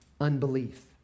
unbelief